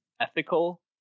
ethical